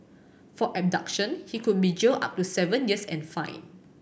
for abduction he could be jailed up to seven years and fined